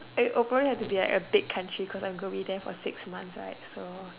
it will probably be like a big country cause I'm going there for six months right so